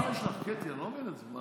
מה יש לך, קטי, אני לא מבין את זה.